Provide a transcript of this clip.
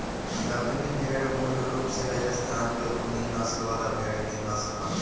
दक्कनी भेड़ मूल रूप से राजस्थान के ऊनी नस्ल वाला भेड़ के नस्ल हवे